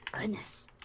goodness